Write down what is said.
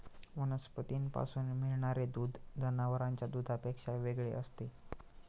वनस्पतींपासून मिळणारे दूध जनावरांच्या दुधापेक्षा वेगळे असते